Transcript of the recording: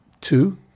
two